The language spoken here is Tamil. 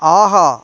ஆஹா